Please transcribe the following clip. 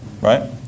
Right